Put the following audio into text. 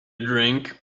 drink